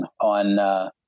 on